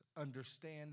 understand